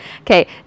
Okay